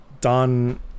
done